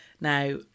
Now